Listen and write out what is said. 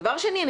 דבר שני,